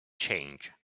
change